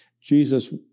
Jesus